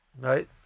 right